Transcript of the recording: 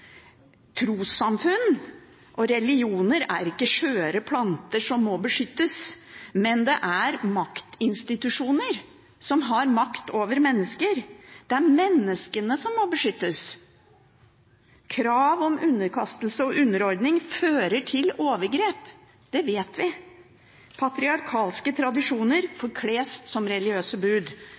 Trossamfunn og religioner er ikke skjøre planter som må beskyttes, det er maktinstitusjoner som har makt over mennesker. Det er menneskene som må beskyttes. Krav om underkastelse og underordning fører til overgrep, det vet vi. Patriarkalske tradisjoner forkles som religiøse bud.